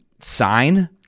sign